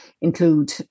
include